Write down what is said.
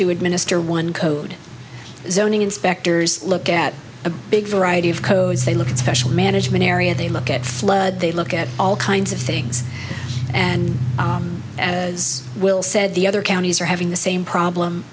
to administer one code zoning inspectors look at a big variety of codes they look at special management area they look at flood they look at all kinds of things and as will said the other counties are having the same problem